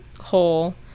hole